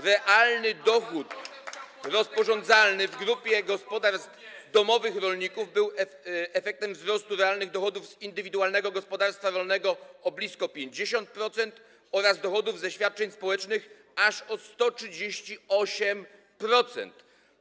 Realny dochód rozporządzalny w grupie gospodarstw domowych rolników był efektem wzrostu realnych dochodów z indywidualnego gospodarstwa rolnego o blisko 50% oraz dochodów ze świadczeń społecznych aż o 138%.